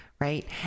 Right